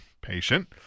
patient